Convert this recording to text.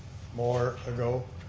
more ago.